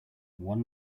one